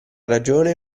ragione